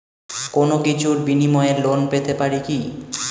কোনো কিছুর বিনিময়ে লোন পেতে পারি কি?